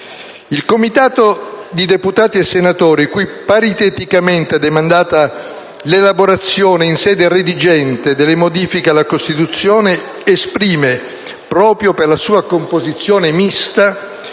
Il Comitato di deputati e senatori, cui pariteticamente è demandata l'elaborazione in sede redigente delle modifiche alla Costituzione, esprime, proprio per la sua composizione mista,